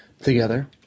together